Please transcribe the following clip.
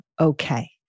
okay